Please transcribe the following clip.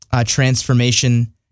transformation